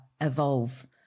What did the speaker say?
evolve